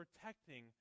protecting